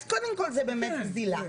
אז קודם כל, זה באמת גזילה.